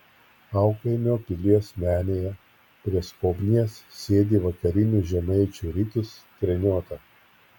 aukaimio pilies menėje prie skobnies sėdi vakarinių žemaičių rikis treniota